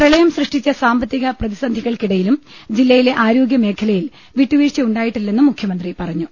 പ്രളയം സൃഷ്ടിച്ച സാമ്പ ത്തിക പ്രതിസന്ധികൾക്കിടയിലും ജില്ലയിലെ ആരോഗൃമേഖലയിൽ വിട്ടു വീഴ്ചയുണ്ടായിട്ടില്ലെന്നും മുഖ്യമന്ത്രി പറഞ്ഞു